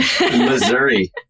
Missouri